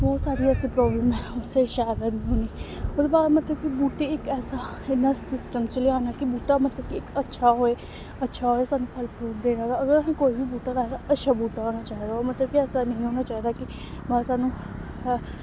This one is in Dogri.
बहुत सारी ऐसी प्रॉब्लम ऐ उसी शैल हैनी होनी ओह्दे बाद मतलब कि बूह्टे गी ऐसा इन्ना सिस्टम च लेआना मतलब कि बूह्टा अच्छा होऐ अच्छा होए सब फल फ्रूट देयै दा अगर अस बूह्टा लाए दा अच्छा बूह्टा होना चाहिदा ओह् मतलब ऐसा नेईं होना चाहिदा कि सानूं